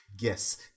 yes